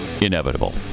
inevitable